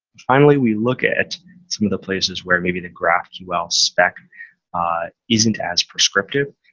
finally, we look at some of the places where maybe the graphql spec isn't as prescriptive,